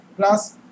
Plus